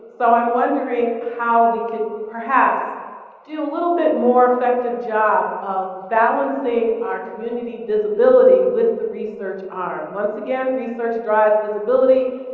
so i'm wondering how we could perhaps do a little bit more effective job of balancing our community disability with the research drive. once again, research drives visibility,